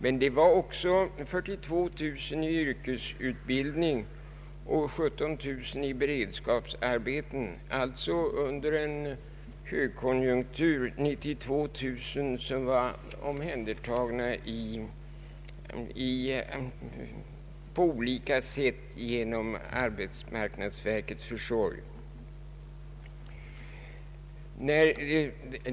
Men det fanns också 42000 personer i yrkesutbildning och 17000 i beredskapsarbeten, alltså under en högkonjunktur sammanlagt 102 000 omhändertagna på olika sätt genom = arbetsmarknadsverkets försorg.